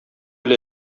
әле